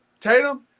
Tatum